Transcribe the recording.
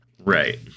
right